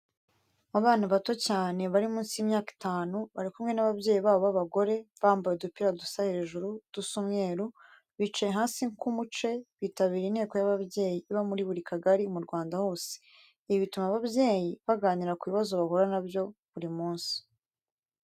Abana bato cyane bari munsi y'imyaka itanu, bari kumwe n'ababyeyi babo b'abagore, bambaye udupira dusa hejuru dusa umweru, bicaye hasi k'umuce, bitabiriye inteko y'ababyeyi iba muri buri kagari mu Rwanda hose, ibi bituma ababyeyi baganira ku bibazo bahura na byo buri munsi.